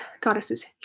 goddesses